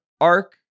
arc